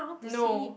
no